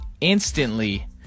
instantly